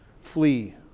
Flee